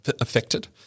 affected